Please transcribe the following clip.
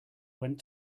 went